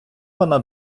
вона